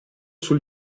sul